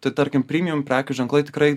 tai tarkim primium prekių ženklai tikrai